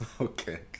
Okay